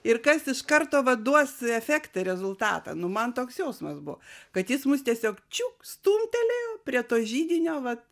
ir kas iš karto va duos efektą rezultatą nu man toks jausmas buvo kad jis mus tiesiog čiuk stumtelėjo prie to židinio vat